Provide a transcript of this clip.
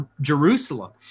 Jerusalem